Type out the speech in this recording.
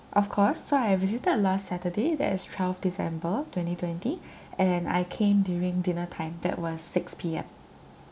of course so I visited last saturday that is twelfth december twenty twenty and I came during dinner time that was six P_M